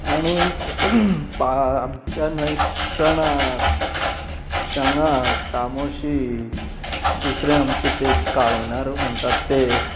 आनी आमच्या न्हंय चणाक शंगा तामोशी दुसरें आमचे ते काळनार म्हणटात ते